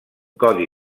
codi